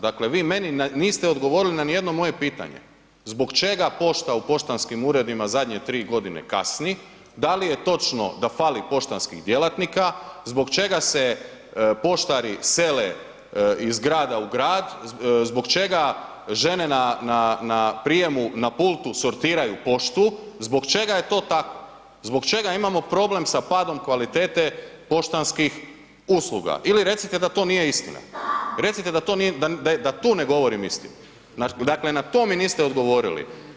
Dakle, vi meni niste odgovorili na nijedno moje pitanje, zbog čega pošta u poštanskim uredima zadnje 3.g. kasni, da li je točno da fali poštanskih djelatnika, zbog čega se poštari sele iz grada u grad, zbog čega žene na, na, na prijemu, na pultu sortiraju poštu, zbog čega je to tako, zbog čega imamo problem sa padom kvalitete poštanskih usluga ili recite da to nije istina, recite da to nije, da tu ne govorim istinu, dakle na to mi niste odgovorili.